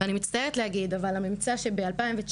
אני מצטערת להגיד אבל הממצא שב-2019